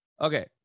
Okay